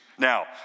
Now